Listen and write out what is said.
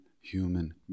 human